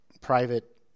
private